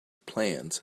plans